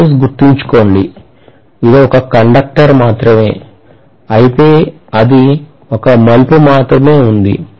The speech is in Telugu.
దయచేసి గుర్తుంచుకోండి ఇది ఒక కండక్టర్ మాత్రమే అయితే అది ఒక మలుపు మాత్రమే ఉంది